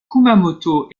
kumamoto